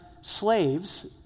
slaves